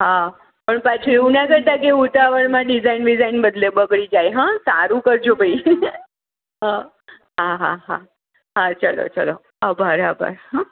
હા પણ પાછું એવું ના કરતાં કે ઉતાવળમાં ડિજાઈન બીજાઈન બગડી જાય હા સારું કરજો ભાઈ હા હા હા હા ચલો ચલો આભાર આભાર